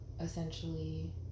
essentially